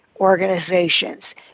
organizations